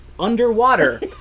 underwater